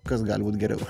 kas gali būt geriau